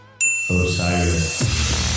Osiris